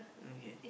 okay